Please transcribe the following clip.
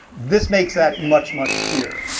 this makes that much, much clearer,